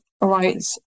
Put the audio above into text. right